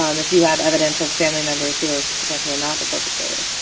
um if you have evidence of family members who are potentially not the perpetrators,